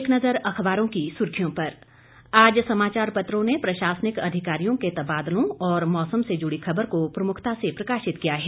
एक नज़र अखबारों की सुर्खियों पर आज समाचार पत्रों ने प्रशासनिक अधिकारियों के तबादलों और मौसम से जुड़ी खबर को प्रमुखता से प्रकाशित किया है